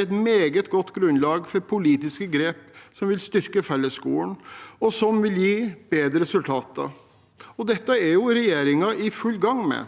et meget godt grunnlag for politiske grep som vil styrke fellesskolen, og som vil gi bedre resultater. Dette er regjeringen i full gang med.